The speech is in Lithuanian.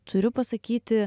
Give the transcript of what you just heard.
turiu pasakyti